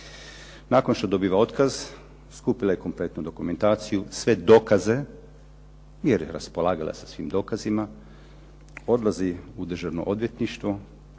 Nakon što je dobila otkaz, skupila je kompletnu dokumentaciju, sve dokaze, jer je raspolagala sa svim dokazima, odlazi u Državno odvjetništvo,